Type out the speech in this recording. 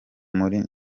muri